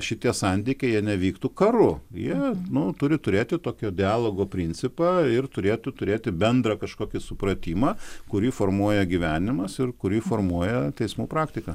šitie santykiai jie nevyktų karu jie nu turi turėti tokio dialogo principą ir turėtų turėti bendrą kažkokį supratimą kurį formuoja gyvenimas ir kurį formuoja teismų praktika